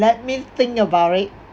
let me think about it